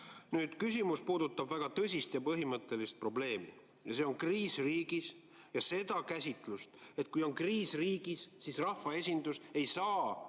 Küsimus puudutab väga tõsist ja põhimõttelist probleemi, see on kriis riigis, ja seda käsitlust, et kui riigis on kriis, siis rahvaesindus ei saa